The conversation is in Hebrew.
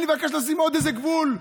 אני מבקש לשים עוד איזה גבול.